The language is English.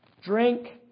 drink